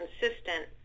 consistent